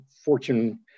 Fortune